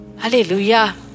Hallelujah